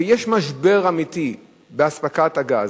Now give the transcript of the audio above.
שיש משבר אמיתי באספקת הגז,